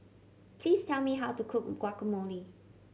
please tell me how to cook Guacamole